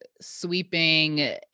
sweeping